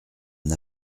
n’a